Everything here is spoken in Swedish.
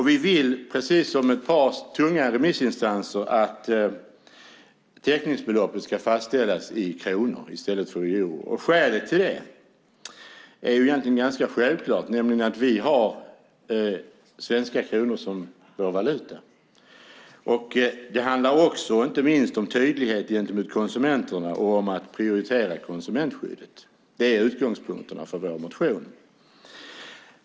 Vi vill, precis som ett par tunga remissinstanser, att täckningsbeloppet ska fastställas i kronor i stället för i euro. Skälet till det är egentligen ganska självklart, nämligen att vi har svenska kronor som vår valuta. Det handlar också inte minst om tydlighet gentemot konsumenterna och om att prioritera konsumentskyddet. Det är utgångspunkterna för vår motion.